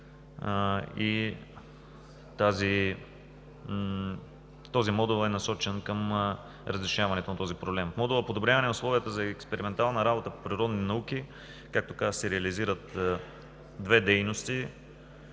този модул е насочен към разрешаването на този проблем. В модула „Подобряване условията за експериментална работа по природни науки“, както казах, се реализират две дейности,